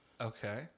Okay